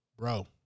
Bro